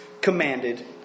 commanded